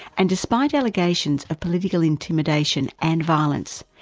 and despite allegations of political intimidation and violence,